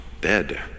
dead